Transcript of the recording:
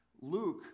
Luke